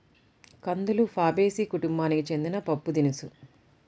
కందులు ఫాబేసి కుటుంబానికి చెందిన పప్పుదినుసు